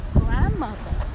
grandmother